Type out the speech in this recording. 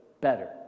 better